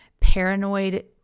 paranoid